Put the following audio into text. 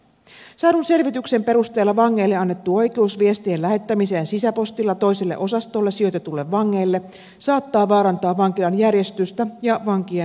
saadun selvityksen perusteella vangeille annettu oikeus viestien lähettämiseen sisäpostilla toiselle osastolle sijoitetuille vangeille saattaa vaarantaa vankilan järjestystä ja vankien turvallisuutta